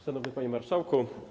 Szanowny Panie Marszałku!